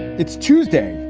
it's tuesday,